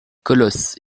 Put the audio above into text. colosse